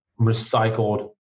recycled